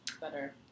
better